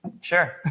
Sure